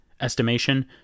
estimation